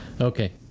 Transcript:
okay